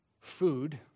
food